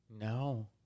No